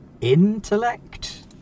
intellect